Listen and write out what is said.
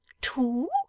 two